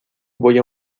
voy